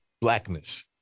blackness